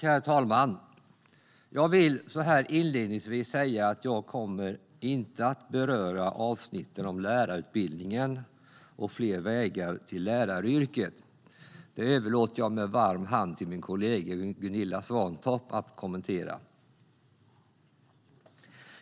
Herr talman! Jag vill inledningsvis säga att jag inte kommer att beröra avsnitten om lärarutbildningen och fler vägar till läraryrket. Dem överlåter jag med varm hand till min kollega Gunilla Svantorp att kommentera.